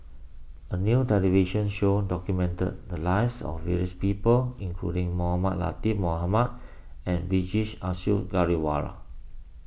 a new television show documented the lives of various people including Mohamed Latiff Mohamed and Vijesh Ashok Ghariwala